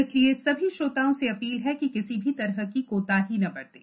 इसलिए सभी श्रोताओं से अपील है कि किसी भी तरह की कोताही न बरतें